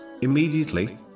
immediately